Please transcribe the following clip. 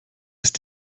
ist